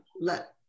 let